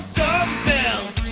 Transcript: dumbbells